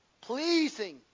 Pleasing